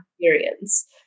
experience